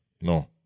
no